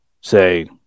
say